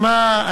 שמע,